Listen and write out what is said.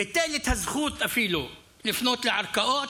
אפילו ביטל את הזכות לפנות לערכאות,